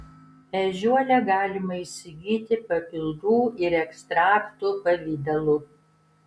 ežiuolę galima įsigyti papildų ir ekstraktų pavidalu